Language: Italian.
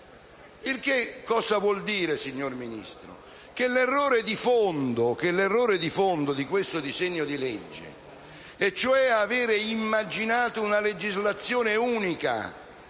esame. Ciò vuole dire, signor Ministro, che l'errore di fondo di questo disegno di legge, ovvero aver immaginato una legislazione unica